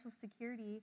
security